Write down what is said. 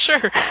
sure